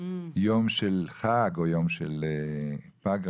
יום של חג, פגרה.